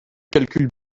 calculs